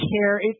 care